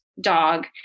dog